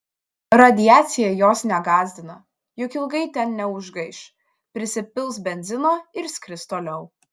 radiacija jos negąsdina juk ilgai ten neužgaiš prisipils benzino ir skris toliau